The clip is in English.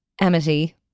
Amity